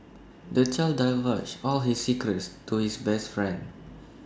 the child divulged all his secrets to his best friend